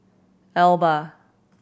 Alba